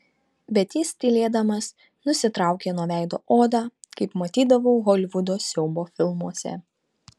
bet jis tylėdamas nusitraukė nuo veido odą kaip matydavau holivudo siaubo filmuose